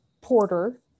Porter